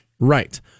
Right